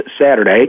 Saturday